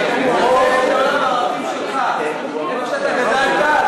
אני מצפה לדעת מה הערכים שלך, איפה שאתה גדלת,